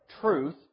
truth